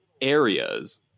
areas